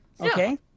Okay